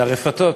לרפתות,